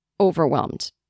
Overwhelmed